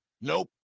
Nope